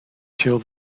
till